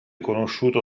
conosciuto